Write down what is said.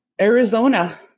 arizona